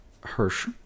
Hirsch